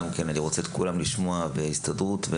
אני רוצה לשמוע גם את כולם ואת ההסתדרות.